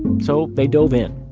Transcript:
so they dove in.